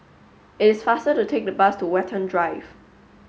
it's faster to take the bus to Watten Drive